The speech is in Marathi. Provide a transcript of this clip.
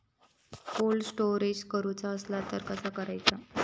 कोल्ड स्टोरेज करूचा असला तर कसा करायचा?